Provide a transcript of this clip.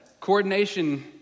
coordination